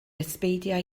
ysbeidiau